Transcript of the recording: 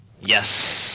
Yes